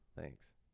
Thanks